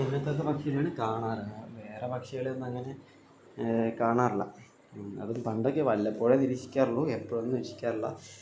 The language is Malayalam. ഇങ്ങനത്തൊക്കെ പക്ഷികളെയാണ് കാണാറ് വേറെ പക്ഷികളെയൊന്നുമങ്ങനെ കാണാറില്ല അതും പണ്ടൊക്കെ വല്ലപ്പോഴേ നിരീക്ഷിക്കാറുള്ളു എപ്പോഴൊന്നും നിരീക്ഷിക്കാറില്ല